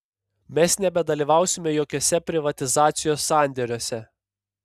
mes nebedalyvausime jokiuose privatizacijos sandėriuose